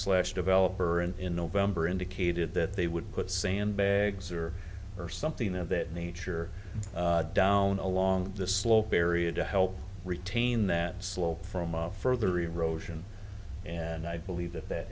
slash developer and in november indicated that they would put sandbags or or something of that nature down along the slope area to help retain that slope from a further erosion and i believe that that